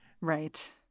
Right